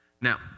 Now